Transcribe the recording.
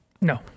No